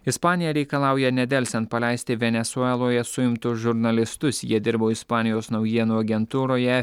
ispanija reikalauja nedelsiant paleisti venesueloje suimtus žurnalistus jie dirbo ispanijos naujienų agentūroje